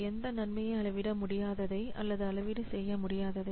எந்த நன்மையை அளவிட முடியாததை அல்லது அளவீடு செய்ய முடியாததை